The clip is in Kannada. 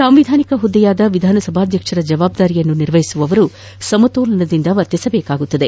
ಸಾಂವಿಧಾನಿಕ ಹುದ್ದೆಯಾದ ವಿಧಾನಸಭಾಧ್ವಕ್ಷರ ಜಬಾಬ್ದಾರಿಯನ್ನು ನಿರ್ವಹಿಸುವವರು ಸಮತೋಲನದಿಂದ ವರ್ತಿಸಬೇಕಾಗುತ್ತದೆ